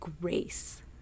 grace